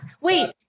wait